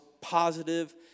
positive